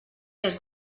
des